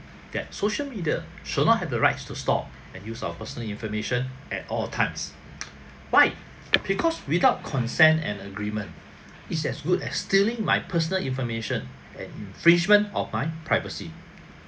that social media should not have the rights to store and use our personal information at all the times why because without consent and agreement is as good as stealing my personal information and infringement of my privacy